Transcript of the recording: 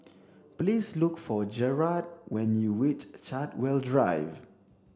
please look for Jerrad when you reach Chartwell Drive